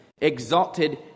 exalted